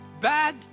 bad